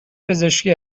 پزشکی